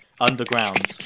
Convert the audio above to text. underground